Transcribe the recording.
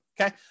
okay